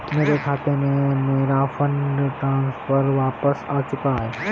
मेरे खाते में, मेरा फंड ट्रांसफर वापस आ चुका है